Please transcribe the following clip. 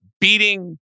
beating